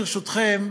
ברשותכם,